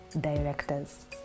directors